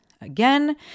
again